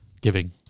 giving